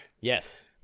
Yes